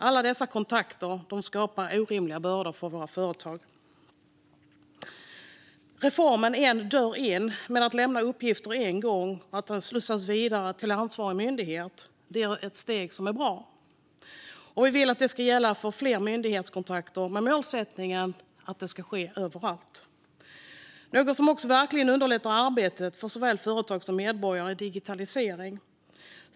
Alla dessa kontakter skapar orimliga bördor för våra företag. Reformen En dörr in, som handlar om att man lämnar uppgifter en gång och att dessa slussas vidare till ansvarig myndighet, är ett steg som är bra. Vi vill att detta ska gälla för fler myndighetskontakter och att målsättningen ska vara att det ska ske överallt. Något som också verkligen underlättar arbetet för såväl företag som medborgare är digitalisering.